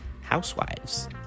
housewives